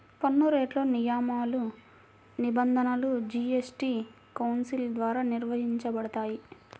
పన్నురేట్లు, నియమాలు, నిబంధనలు జీఎస్టీ కౌన్సిల్ ద్వారా నిర్వహించబడతాయి